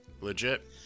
Legit